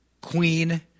queen